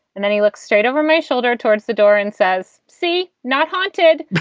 and then he looks straight over my shoulder towards the door and says, see, not haunted.